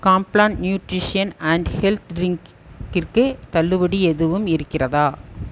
Complan nutrition and health ட்ரின்கிற்கு தள்ளுபடி எதுவும் இருக்கிறதா